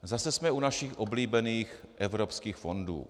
Zase jsme u našich oblíbených evropských fondů.